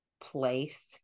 place